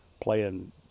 playing